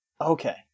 Okay